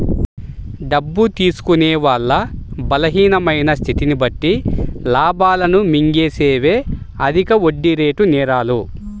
డబ్బు తీసుకునే వాళ్ళ బలహీనమైన స్థితిని బట్టి లాభాలను మింగేసేవే అధిక వడ్డీరేటు నేరాలు